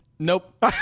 Nope